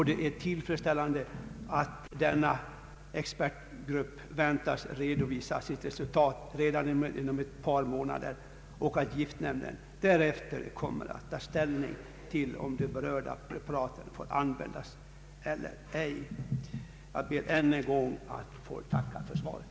Det är tillfredsställande att denna expertgrupp väntas redovisa resultatet av sitt arbete redan inom ett par månader och att giftnämnden därefter kommer att ta ställning till om de berörda preparaten får användas eller ej. Jag ber ännu en gång att få tacka för svaret.